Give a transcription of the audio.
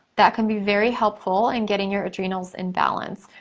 that can be very helpful in getting your adrenals in balance.